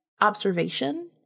Observation